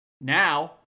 Now